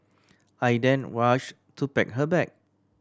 I then rushed to pack her bag